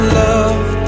love